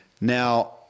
Now